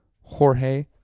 Jorge